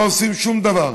לא עושים שום דבר,